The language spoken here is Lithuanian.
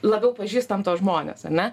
labiau pažįstam tuos žmones ane